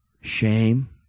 shame